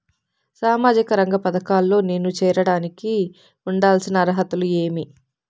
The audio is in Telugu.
సామాజిక రంగ పథకాల్లో నేను చేరడానికి ఉండాల్సిన అర్హతలు ఏమి?